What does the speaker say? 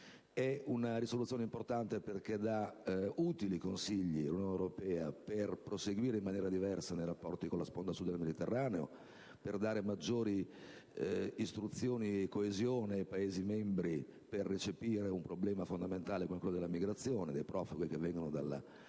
È una risoluzione importante, perché dà utili consigli all'Unione europea per proseguire in maniera diversa nei rapporti con la sponda Sud del Mediterraneo, per dare maggiori istruzioni e coesione ai Paesi membri per affrontare un problema fondamentale come quello dell'immigrazione e dei profughi che vengono dal